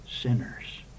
sinners